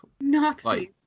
Nazis